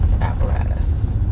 apparatus